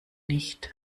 nicht